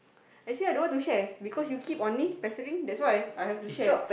I say I don't want to share because you keep onning pestering that's why I have to share